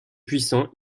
puissant